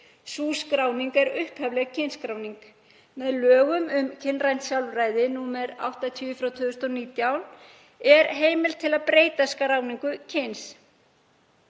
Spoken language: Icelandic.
Sú skráning er upphafleg kynskráning. Með lögum um kynrænt sjálfræði, nr. 80/2019, er heimild til að breyta skráningu kyns.